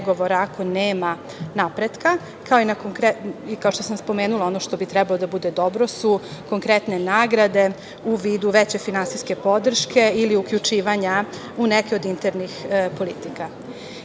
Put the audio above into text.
ako nema napretka. Kao što sam spomenula, ono što bi trebalo da bude dobro su konkretne nagrade u vidu veće finansijske podrške ili uključivanja u neke od internih politika. Imajući